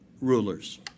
rulers